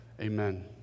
amen